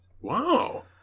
Wow